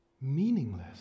meaningless